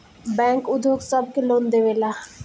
bank उद्योग सब के लोन देवेला